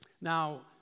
Now